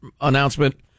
announcement